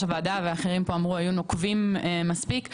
הוועדה ואחרים פה אמרו היו נוקבים מספיק.